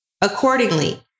Accordingly